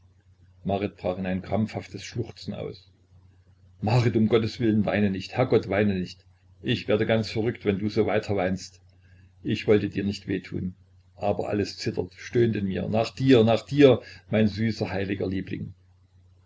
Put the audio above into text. brach in ein krampfhaftes schluchzen aus marit um gotteswillen weine nicht herrgott weine nicht ich werde ganz verrückt wenn du so weiter weinst ich wollte dir nicht wehtun aber alles zittert stöhnt in mir nach dir nach dir mein süßer heiliger liebling